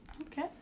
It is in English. Okay